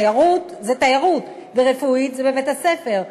תיירות זה תיירות ורפואית זה בבית-החולים,